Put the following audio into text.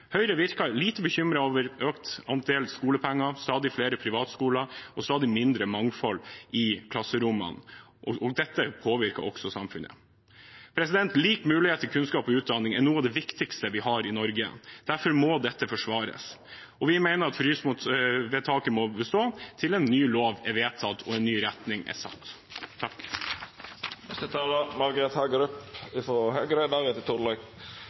Høyre virker lite bekymret over en økt andel skolepenger, stadig flere privatskoler og stadig mindre mangfold i klasserommene. Dette påvirker også samfunnet. Lik mulighet til kunnskap og utdanning er noe av det viktigste vi har i Norge, derfor må det forsvares. Vi mener at frysvedtaket må bestå til en ny lov er vedtatt og til en ny retning er satt.